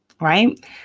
right